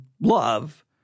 love